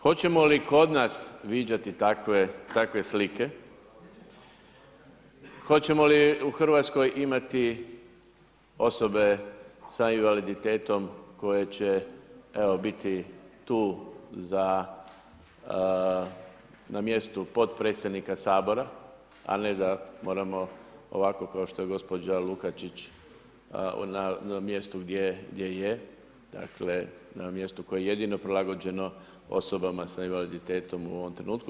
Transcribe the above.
Hoćemo li kod nas viđati takve slike, hoćemo li u RH imati osobe sa invaliditetom koje će biti tu za, na mjestu potpredsjednika Sabora, a ne da moramo ovako kao što je gospođa Lukačić, na mjestu gdje je, dakle, na mjestu koje je jedino prilagođeno osobama sa invaliditetom u ovom trenutku.